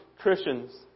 Christians